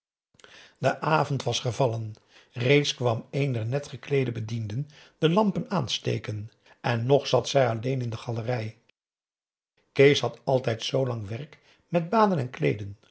de avond was gevallen reeds kwam een der net gekleede bedienden de lampen aansteken en nog zat zij alleen in de galerij kees had altijd zoo lang werk met baden en kleeden